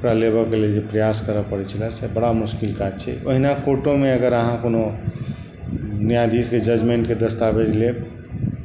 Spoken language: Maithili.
ओकरा लेबक लेल जे प्रयास करऽ पड़ै छलै से बड़ा मुस्किल काज छै ओहिना कोर्टोमे अगर अहाँ कोनो न्यायाधीशके जजमेन्टके दस्तावेज लेब